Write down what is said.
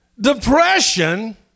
Depression